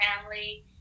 family